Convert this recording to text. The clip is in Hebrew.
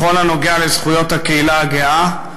בכל הקשור לזכויות הקהילה הגאה,